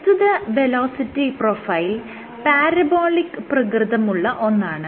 പ്രസ്തുത velocity profile parabolic പ്രകൃതമുള്ള ഒന്നാണ്